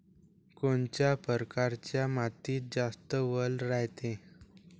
कोनच्या परकारच्या मातीत जास्त वल रायते?